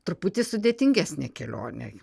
truputį sudėtingesnę kelionę